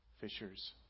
fishers